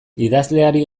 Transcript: idazleari